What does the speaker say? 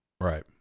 Right